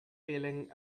feeling